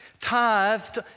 tithed